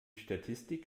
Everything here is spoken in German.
statistik